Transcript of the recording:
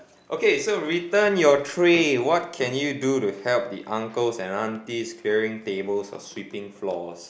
okay so return your tray what can you do to help the uncles and aunties clearing tables or sweeping floors